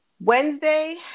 Wednesday